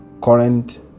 current